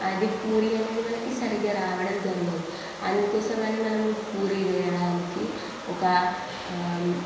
అది పూరీ అనేది మనకి సరిగ్గా రావడం జరగదు అందుకోసం అని మనము పూరీ చేయడానికి ఒక